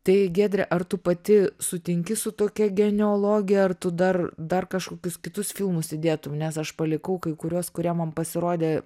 tai giedre ar tu pati sutinki su tokia geneologija ar tu dar dar kažkokius kitus filmus įdėtum nes aš palikau kai kuriuos kurie man pasirodė